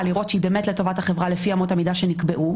לראות שהיא באמת לטובת החברה לפי אמות המידה שנקבעו,